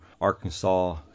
Arkansas